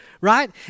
right